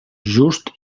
just